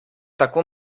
tako